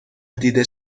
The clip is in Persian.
دیده